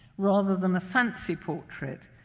rather than a fancy portrait,